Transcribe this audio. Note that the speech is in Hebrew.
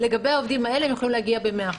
העובדים האלה יכולים להגיע ב-100%.